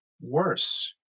worse